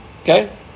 Okay